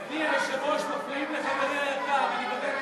אדוני היושב-ראש, מפריעים לחברי היקר.